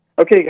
Okay